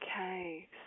Okay